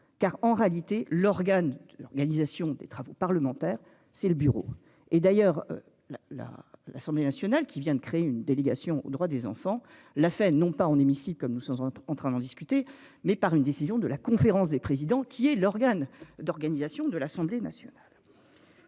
car en réalité l'organe l'organisation des travaux parlementaires, c'est le bureau et d'ailleurs la la l'Assemblée nationale qui vient de créer une délégation aux droits des enfants. La non pas on aime ici, comme nous sommes en train d'en discuter mais par une décision de la conférence des présidents qui est l'organe d'organisation de l'Assemblée nationale.--